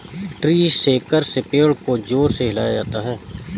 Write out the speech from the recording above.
tree shaker से पेड़ को जोर से हिलाया जाता है